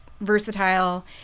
Versatile